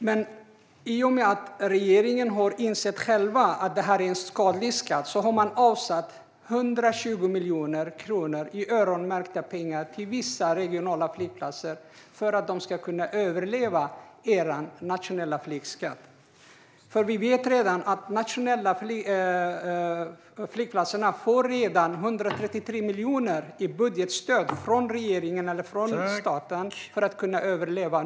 Men i och med att regeringen själv har insett att detta är en skadlig skatt har man avsatt 120 miljoner kronor i öronmärkta pengar till vissa regionala flygplatser för att de ska kunna överleva er nationella flygskatt. Vi vet att de nationella flygplatserna redan får 133 miljoner i budgetstöd från staten för att kunna överleva.